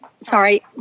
sorry